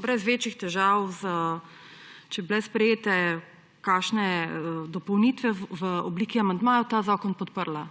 brez večjih težav, če bi bile sprejete kakšne dopolnitve v obliki amandmajev, ta zakon podprla.